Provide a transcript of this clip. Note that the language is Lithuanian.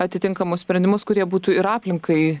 atitinkamus sprendimus kurie būtų ir aplinkai